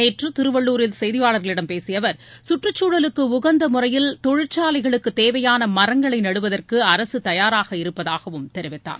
நேற்று திருவள்ளுரில் செய்தியாளர்களிடம் பேசிய அவர் சுற்றுச்சூழலுக்கு உகந்த முறையில் தொழிற்சாலைகளுக்கு தேவையான மரங்களை நடுவதற்கு அரசு தயாராக இருப்பதாகவும் தெரிவித்தார்